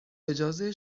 اجازه